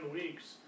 weeks